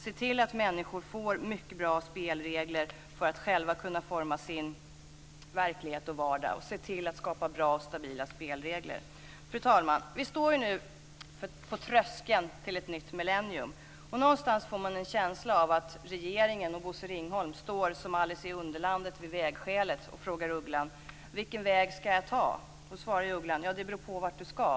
Se till att skapa bra och stabila spelregler så att människor själva ska kunna forma sin verklighet och vardag! Fru talman! Vi står nu på tröskeln till ett nytt millennium. Någonstans får man en känsla av att regeringen och Bosse Ringholm står som Alice i Underlandet vid vägskälet och frågar ugglan: Vilken väg ska jag ta? Ugglan svarar: Det beror på vart du ska.